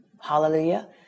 hallelujah